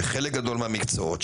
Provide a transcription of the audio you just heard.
בחלק גדול מהמקצועות,